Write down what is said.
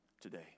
today